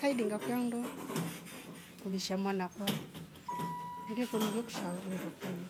Taiginda kyando kulisha mwana kwa undi kuni gwikshalo kindwa kim